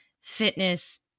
fitness